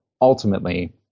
Ultimately